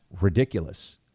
ridiculous